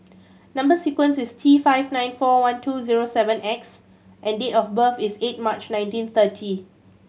number sequence is T five nine four one two zero seven X and date of birth is eight March nineteen thirty